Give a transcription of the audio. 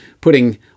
putting